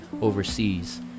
overseas